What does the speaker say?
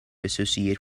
associate